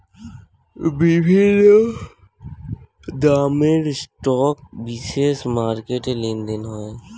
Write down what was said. বিভিন্ন দামের স্টক বিশেষ মার্কেটে লেনদেন হয়